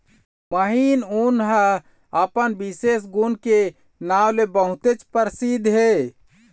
महीन ऊन ह अपन बिसेस गुन के नांव ले बहुतेच परसिद्ध हे